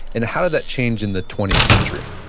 and how did that change in the twentieth century?